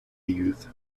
youth